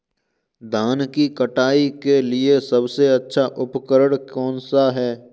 धान की कटाई के लिए सबसे अच्छा उपकरण कौन सा है?